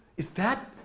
is that,